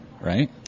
right